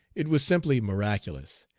it was simply miraculous.